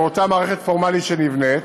באותה מערכת פורמלית שנבנית,